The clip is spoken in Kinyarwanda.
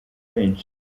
benshi